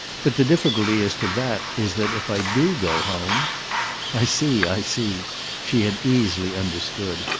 but the difficulty as to that is that if i do go home i see, i see she had easily understood.